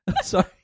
Sorry